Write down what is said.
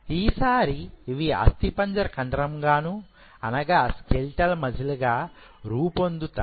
ఈసారి ఇవి అస్థిపంజర కండరం గాను అనగా స్కెలిటల్ మజిల్ గా రూపొందుతాయి